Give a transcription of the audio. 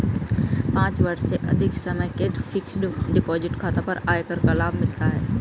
पाँच वर्ष से अधिक समय के फ़िक्स्ड डिपॉज़िट खाता पर आयकर का लाभ मिलता है